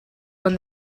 when